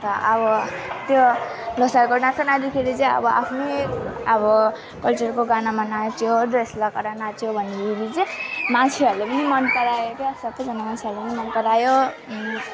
अनि त अब त्यो लोसारको डान्स नाच्दाखेरि चाहिँ अब आफ्नै अब कल्चरको गानामा नाच्यो ड्रेस लगाएर नाच्यो भनेदेखि चाहिँ मान्छेहरूले पनि मन परायो क्या सबैजना मान्छेहरूले नि मन परायो